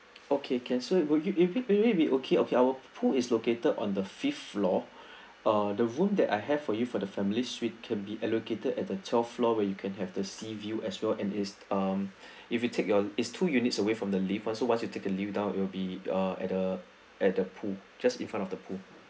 okay can so it would you if it really be okay of our pool is located on the fifth floor are the wood that I have for you for the families suite can be allocated at the twelfth floor where you can have the sea view as well and is um if you take on his two units away from the lift so once you take a new down will be uh at the at the pool just in front of the pool